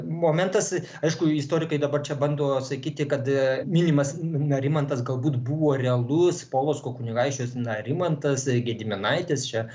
momentas aišku istorikai dabar čia bando sakyti kad mylimas narimantas galbūt buvo realus polocko kunigaikštis narimantas gediminaitis čia